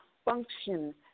function